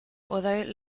although